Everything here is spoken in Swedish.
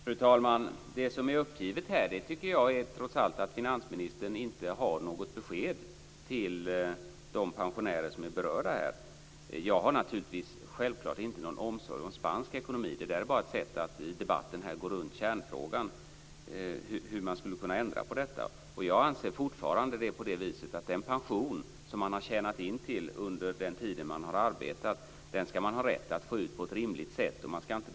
Fru talman! Det som är uppgivet är trots allt att finansministern inte har något besked till de pensionärer som är berörda. Jag har självfallet inte någon omsorg om spansk ekonomi. Det där är bara ett sätt att här i debatten gå runt kärnfrågan hur man skulle ändra på detta. Jag anser fortfarande att den pension som man har tjänat in under den tid som man har arbetat ska man ha rätt att få ut på ett rimligt sätt.